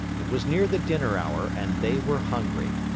it was near the dinner-hour, and they were hungry.